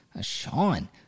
Sean